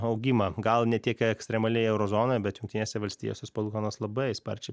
augimą gal ne tiek ekstremaliai euro zonoje bet jungtinėse valstijose palūkanos labai sparčiai